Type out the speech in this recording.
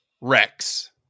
rex